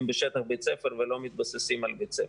בשטח בית-הספר ולא מתבססים על בית הספר.